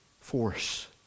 force